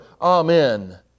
Amen